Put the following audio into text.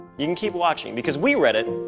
you can keep watching because we read it,